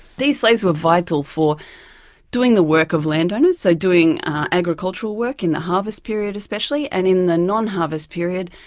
these slaves were vital for doing the work of landowners. they're so doing agriculture work in the harvest period especially, and in the non-harvest period,